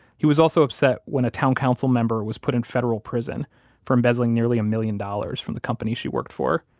he was also upset when a town council member was put in federal prison for embezzling nearly one million dollars from the company she worked for.